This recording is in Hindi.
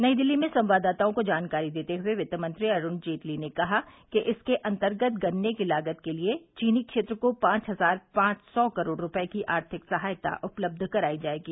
नई दिल्ली में संवाददाताओं को जानकारी देते हुए वित्त मंत्री अरुण जेटली ने कहा कि इसके अंतर्गत गन्ने की लागत के लिए चीनी क्षेत्र को पांच हजार पांच सौ करोड़ रुपये की सहायता उपलब्ध कराई जायेगी